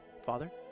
Father